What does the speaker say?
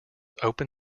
open